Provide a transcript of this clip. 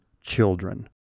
children